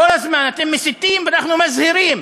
כל אתם מסיתים ואנחנו מזהירים.